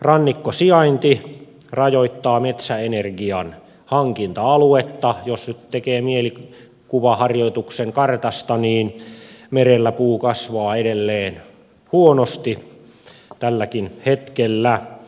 rannikkosijainti rajoittaa metsäenergian hankinta aluetta jos nyt tekee mieli kuvaharjoitusta kartasta niin merellä puu kasvaa huonosti edelleen tälläkin hetkellä